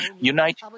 unite